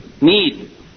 need